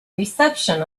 reception